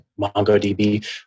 MongoDB